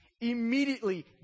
Immediately